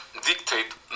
Dictate